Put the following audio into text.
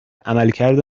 عملکرد